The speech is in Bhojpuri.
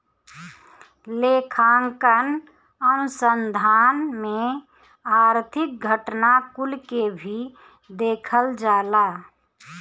लेखांकन अनुसंधान में आर्थिक घटना कुल के भी देखल जाला